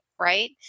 right